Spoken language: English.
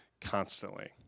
constantly